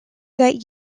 that